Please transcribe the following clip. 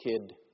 kid